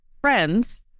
friends